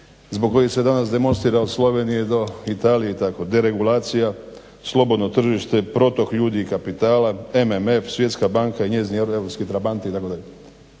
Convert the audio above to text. zbog kojih se danas demonstrira od Slovenije do Italije i tako. Deregulacija, slobodno tržište, protok ljudi i kapitala, MMF, Svjetska banka i njezini europski trabanti itd.